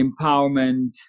empowerment